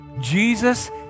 Jesus